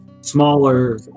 smaller